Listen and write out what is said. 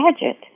gadget